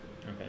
Okay